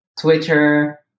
Twitter